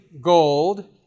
gold